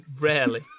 Rarely